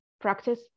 practice